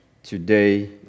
today